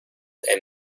and